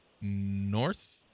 North